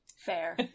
Fair